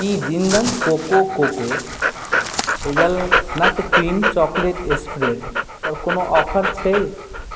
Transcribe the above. की Jindal cocoa cocoa hazelnut cream chocolate स्प्रेडपर कोनो offer छै